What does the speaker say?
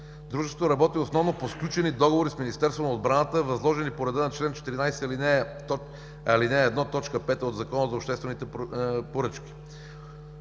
Дружеството работи основно по сключени договори с Министерство на отбраната, възложени по реда на чл. 14, ал. 1, т. 5 от Закона за обществените поръчки